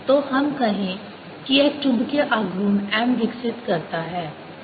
तो हम कहें कि यह एक चुंबकीय आघूर्ण m विकसित करता है